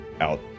out